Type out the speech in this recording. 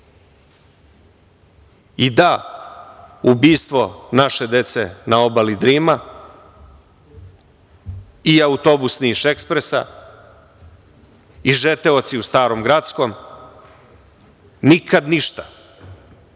ubistvo naše dece na obali Drima i autobus Niš-ekspres i žeteoci u Starom Gracokom, nikad ništa.